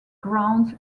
grounds